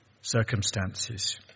circumstances